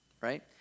right